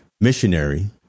missionary